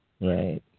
right